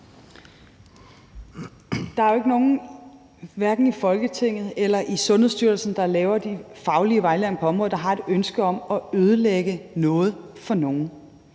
Der er jo ikke nogen – hverken i Folketinget eller i Sundhedsstyrelsen, der laver de faglige vejledninger på områderne – der har et ønske om at ødelægge noget for nogen.